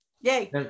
Yay